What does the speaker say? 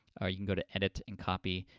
or you can got to edit and copy.